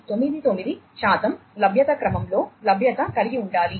9999 శాతం లభ్యత క్రమంలో లభ్యత కలిగి ఉండాలి